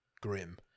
grim